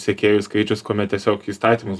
sekėjų skaičius kuomet tiesiog įstatymus